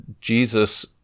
Jesus